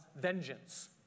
vengeance